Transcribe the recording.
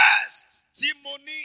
Testimony